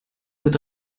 did